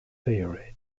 theory